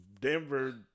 Denver